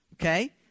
Okay